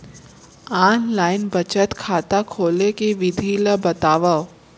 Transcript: Online बचत खाता खोले के विधि ला बतावव?